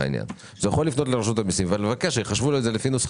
הוא יכול לפנות לרשות המיסים ולבקש שיחשבו לו את זה לפי נוסחה.